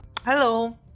hello